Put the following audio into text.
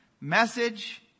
message